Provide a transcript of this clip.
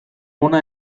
hona